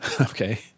Okay